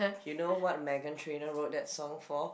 you know what Meghan Trainor wrote that song for